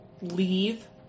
Leave